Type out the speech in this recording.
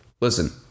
Listen